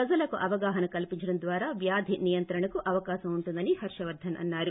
ప్రజలకు అవగాహన కల్పించడం ద్వారా వ్యాధి నియంత్రణకు అవకాశం ఉంటుందని హర్షవర్గన్ అన్నారు